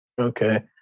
Okay